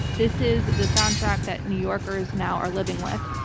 this is the soundtrack that new yorkers now are living with.